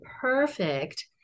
perfect